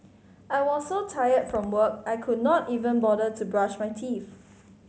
I was so tired from work I could not even bother to brush my teeth